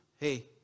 Hey